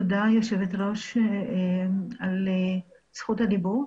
תודה ליושבת ראש על זכות הדיבור.